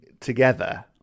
together